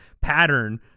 pattern